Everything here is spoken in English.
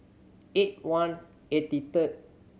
eight one eighty third